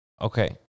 Okay